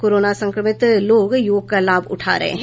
corona संक्रमित लोग योग का लाभ उठा रहे हैं